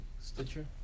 stitcher